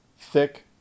thick